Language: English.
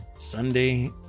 sunday